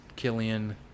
Killian